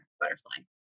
butterfly